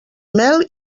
mel